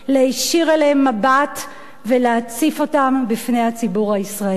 להישיר אליהם מבט ולהציף אותם בפני הציבור הישראלי.